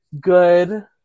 Good